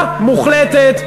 דממה מוחלטת.